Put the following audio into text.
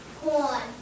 Corn